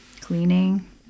Cleaning